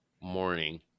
morning